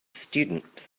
students